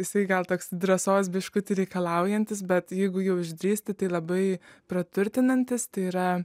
jisai gal teks drąsos biškuti reikalaujantis bet jeigu jau išdrįsti tai labai praturtinantis tai yra